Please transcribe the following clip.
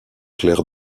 clair